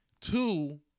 two